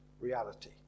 reality